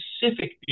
specific